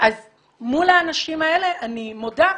מול האנשים האלה אני מודה,